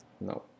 No